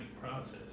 process